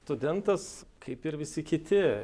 studentas kaip ir visi kiti